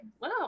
Wow